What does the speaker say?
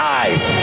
eyes